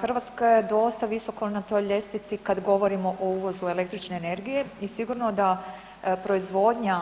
Hrvatska je dosta visoko na toj ljestvici kad govorimo o uvozu električne energije i sigurno da proizvodnja